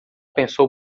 pensou